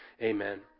amen